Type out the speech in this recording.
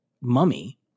mummy